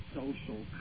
social